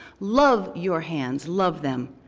love your hands, love them,